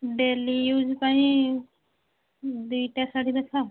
daily use ପାଇଁ ଦୁଇଟା ଶାଢ଼ୀ ଦେଖାଅ